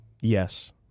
yes